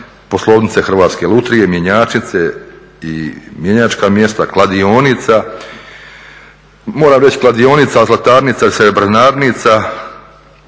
poslovnice Hrvatske lutrije, mjenjačnice i mjenjačka mjesta, kladionica, moram reći kladionica, zlatarnica, srebrnarnica